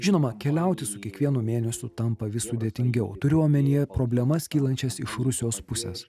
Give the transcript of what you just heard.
žinoma keliauti su kiekvienu mėnesiu tampa vis sudėtingiau turiu omenyje problemas kylančias iš rusijos pusės